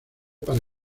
para